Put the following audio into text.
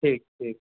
ठीक ठीक